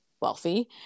wealthy